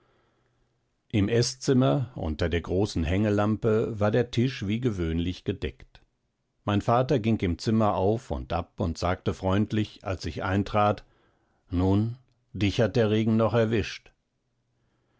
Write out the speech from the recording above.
im eßzimmer unter der großen hängelampe war der tisch wie gewöhnlich gedeckt mein vater ging im zimmer auf und ab und sagte freundlich als ich eintrat nun dich hat der regen noch erwischt